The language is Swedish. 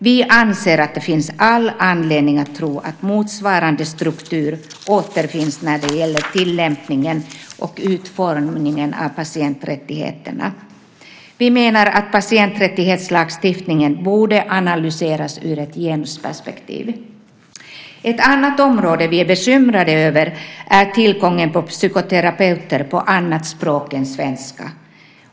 Vi anser att det finns all anledning att tro att motsvarande struktur återfinns när det gäller tillämpningen och utformningen av patienträttigheterna. Vi menar att patienträttighetslagstiftningen borde analyseras ur ett genusperspektiv. Ett annat område vi är bekymrade över är tillgången på psykoterapeuter på annat språk än svenska.